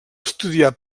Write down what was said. estudiar